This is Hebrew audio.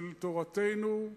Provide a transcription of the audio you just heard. של תורתנו,